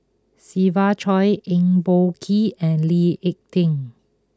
Siva Choy Eng Boh Kee and Lee Ek Tieng